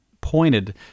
pointed